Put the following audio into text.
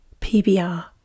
PBR